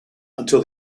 until